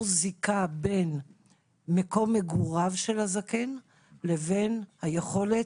זיקה בין מקום מגוריו של הזקן לבין היכולת,